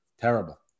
terrible